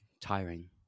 Tiring